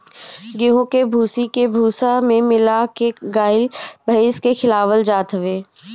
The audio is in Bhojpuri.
गेंहू के भूसी के भूसा में मिला के गाई भाईस के खियावल जात हवे